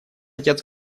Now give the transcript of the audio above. отец